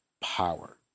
power